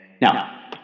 Now